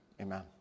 Amen